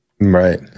Right